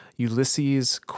Ulysses